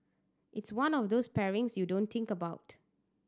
it's one of those pairings you don't think about